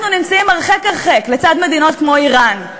אנחנו נמצאים הרחק הרחק, לצד מדינות כמו איראן.